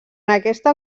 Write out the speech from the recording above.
aquesta